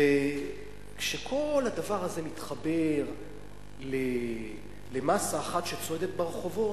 וכשכל הדבר הזה מתחבר למאסה אחת שצועדת ברחובות,